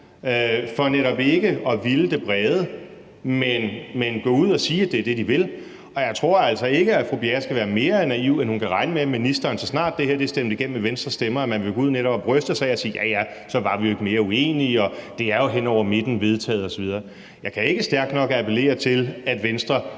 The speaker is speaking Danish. for netop ikke at ville det brede, mens de går ud og siger, at det er det, de vil. Og jeg tror altså ikke, at fru Marie Bjerre skal være mere naiv, end at hun kan regne med, at så snart det her er stemt igennem med Venstres stemmer, vil man gå ud og bryste sig af det og netop sige, at ja, ja, så var vi jo ikke mere uenige, og at det nu er vedtaget hen over midten osv. Jeg kan ikke appellere stærkt nok til, at Venstre